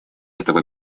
этого